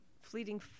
Fleeting